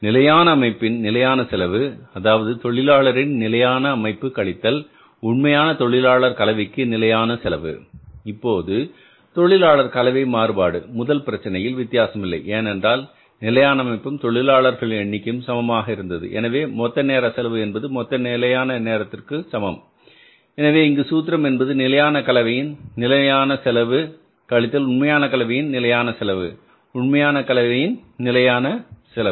நிலையான அமைப்பின் நிலையான செலவு அதாவது தொழிலாளரின் நிலையான அமைப்பு கழித்தல் உண்மை தொழிலாளர் கலவைக்கு நிலையான செலவு இப்போது தொழிலாளர் கலவை மாறுபாடு முதல் பிரச்சனையில் வித்தியாசமில்லை ஏனென்றால் நிலையான அமைப்பும் தொழிலாளர் எண்ணிக்கையும் சமமாக இருந்தது எனவே மொத்த நேர செலவு என்பது மொத்த நிலையான நேரத்திற்கு சமம் எனவே இங்கு சூத்திரம் என்பது நிலையான கலவையின் நிலையான செலவு கழித்தல் உண்மையான கலவையின் நிலையான செலவு உண்மையான கலவையின் நிலையான செலவு